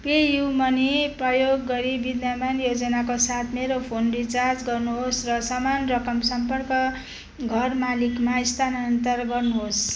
pay you money प्रयोग गरी विद्यमान योजनाको साथ मेरो फोन रिचार्ज गर्नुहोस् र समान रकम सम्पर्क घर मालिकमा स्थानान्तरण गर्नुहोस्